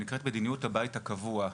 היא נקראת מדיניות הבית הקבוע.